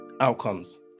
outcomes